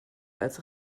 als